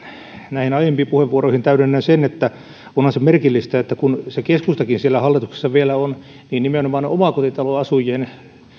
näihin aiempiin puheenvuoroihin täydennän sen että onhan se merkillistä että kun se keskustakin siellä hallituksessa vielä on niin nimenomaan omakotitaloasujien